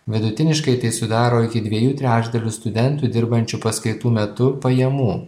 vidutiniškai tai sudaro iki dviejų trečdalių studentų dirbančių paskaitų metu pajamų